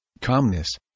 calmness